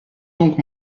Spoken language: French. donc